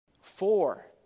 Four